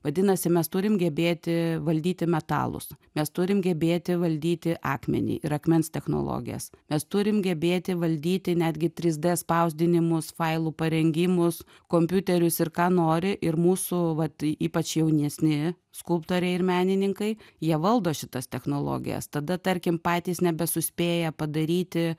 vadinasi mes turim gebėti valdyti metalus mes turim gebėti valdyti akmenį ir akmens technologijas mes turim gebėti valdyti netgi tris d spausdinimus failų parengimus kompiuterius ir ką nori ir mūsų vat ypač jaunesni skulptoriai ir menininkai jie valdo šitas technologijas tada tarkim patys nebesuspėja padaryti